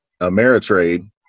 Ameritrade